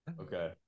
Okay